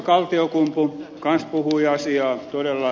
kaltiokumpu kanssa puhui asiaa todella